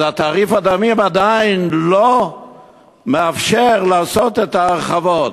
אז תעריף הדמים עדיין לא מאפשר לעשות את ההרחבות.